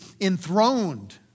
enthroned